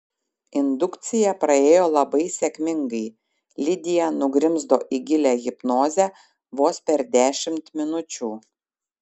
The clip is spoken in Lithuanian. indukcija praėjo labai sėkmingai lidija nugrimzdo į gilią hipnozę vos per dešimt minučių